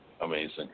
Amazing